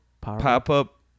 Pop-up